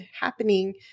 happening